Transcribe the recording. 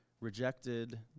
rejected